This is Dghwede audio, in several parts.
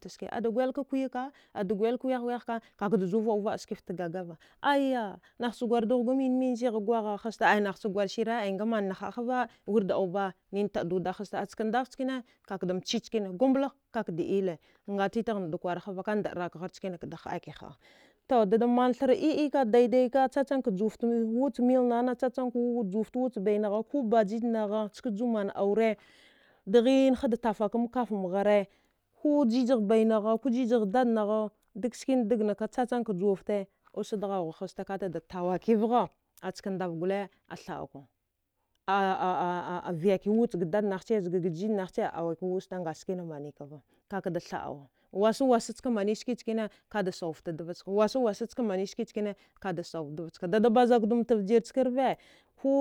Kamtaske ada gwayilka kuyaka ada gwayalka wiyahwiyahka kakadaju vaəuvaə skifta gagava ayya nahcha gwar dughga mimin zigha gwagha hasta ai nahcha gwarsiya ai ngamanna haəhava ai wirda auba skandan cvhkane kakadamchi chkne gublah kakada iyalle nga titaghna dakwara hava ka ndaərakghar chkine kada həaki həa to dadaman thra iy iy ka daadaika chachamka juwaft wuch milnana chachamka juwaft wuch bainagha ko bajij nagha skajuman aure nghiin hada tafakam kafamghare ko jijagh bainagha ko jijagh dadnagha dak skina dagnaka chachamka juwafte usa dghauguwa haste katada tawaki vgha aska ndav gole athaəauka a. a viyaki wuchga dadnaghche zga jijnaghche awaki wusta angaskina manikava kakada thaəawa wasawasa ksa mani ske chkane kadasau fta dvachka wasa wasa ska mani ski chkane dadasawft dvachka dada bazakdumta vjir chka rve ko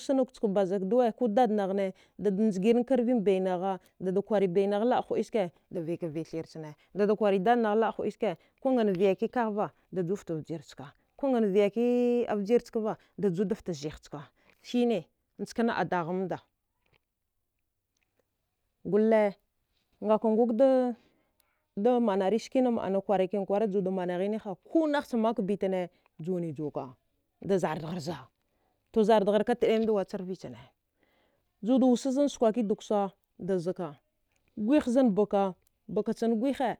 sknukchka bazak dawuwe ko dadnaghne dada njgiranka rvin bainagha dada kwari bainagh la. a həiskwe davaika viya thirchane dada kwari ndadnagh laə hdəiskwe kongan vyaki ghaghva dajuft vjir chka kungan vyaki a vjirchkava dajudaft zighchka sine njkana a dahamda dole ngakangugda manairskina kwaran kwara juda managhiniha kunahcha makbitane juwani juwaka dazardagharza to zardgharka təemda wacharvi chane juda wusa zan skwaki duksa dazaka gwihzan baka bakchan kwihe